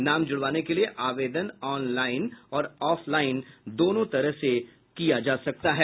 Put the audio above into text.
नाम जुड़वाने के लिए आवेदन ऑन लाईन और ऑफ लाईन दोनों तरह से कर सकते हैं